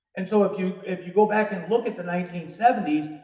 and so, if you if you go back and look at the nineteen seventy s,